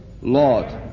Lord